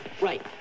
right